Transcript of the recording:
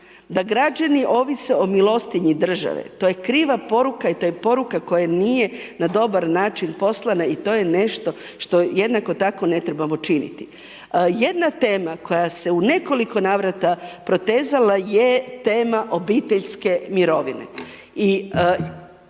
da građani ovise o milostinji države, to je kriva poruka i to je poruka koja nije na dobar način poslana i to je nešto što jednako tako ne trebamo činiti. Jedna tema koja se u nekoliko navrata protezala je tema obiteljske mirovine